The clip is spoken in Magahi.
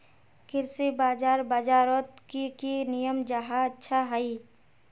कृषि बाजार बजारोत की की नियम जाहा अच्छा हाई?